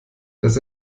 dass